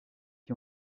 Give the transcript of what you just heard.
qui